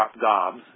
gobs